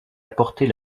apporter